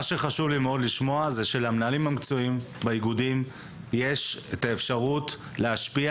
חשוב לי לדעת שלמנהל המקצועי באיגוד יש את האפשרות להשפיע